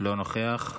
לא נוכח.